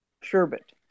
sherbet